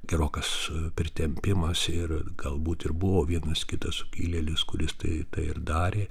gerokas pritempimas ir galbūt ir buvo vienas kitas sukilėlis kuris tai ir darė